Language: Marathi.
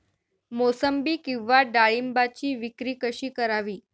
मोसंबी किंवा डाळिंबाची विक्री कशी करावी?